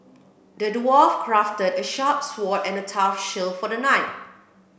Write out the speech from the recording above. the dwarf crafted a sharp sword and a tough shield for the knight